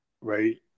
Right